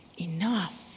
enough